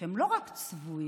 שהם לא רק צבועים,